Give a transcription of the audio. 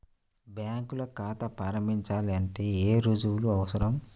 బ్యాంకులో ఖాతా ప్రారంభించాలంటే ఏ రుజువులు అవసరం?